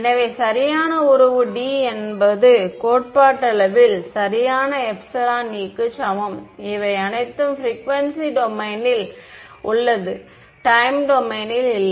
எனவே சரியான உறவு D என்பது கோட்பாட்டளவில் சரியான எப்சிலன் E க்கு சமம் இவை அனைத்தும் பிரிக்குவென்சி டொமைன் ல் உள்ளது டைம் டொமைன் ல் இல்லை